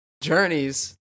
journeys